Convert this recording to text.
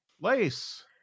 Lace